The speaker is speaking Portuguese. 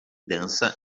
dança